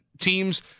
teams